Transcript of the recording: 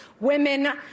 Women